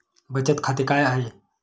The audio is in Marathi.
बचत खाते काय आहे?